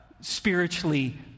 spiritually